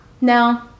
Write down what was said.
no